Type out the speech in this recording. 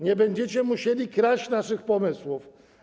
Nie będziecie musieli kraść naszych pomysłów.